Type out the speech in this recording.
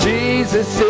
Jesus